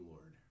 Lord